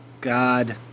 god